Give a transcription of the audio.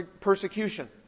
persecution